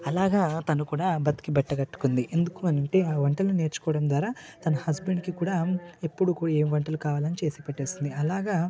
అలాగా తను కూడా బ్రతికి బట్ట గట్టుకుంది ఎందుకు అంటే ఆ వంటలు నేర్చుకోవడం ద్వారా తన హస్బెండుకి కూడా ఎప్పుడు ఏ వంటలు కావాలన్నా చేసి పెట్టేస్తుంది అలాగే